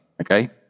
okay